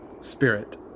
spirit